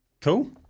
Cool